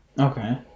Okay